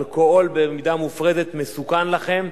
אלכוהול במידה מופרזת מסוכן לכם.